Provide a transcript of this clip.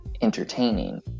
entertaining